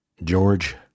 George